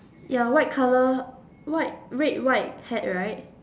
ya white colour white red white hat right